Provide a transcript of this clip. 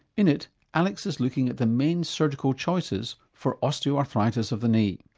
in it alex is looking at the main surgical choices for osteoarthritis of the knee.